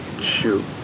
shoot